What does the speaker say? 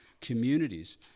communities